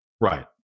Right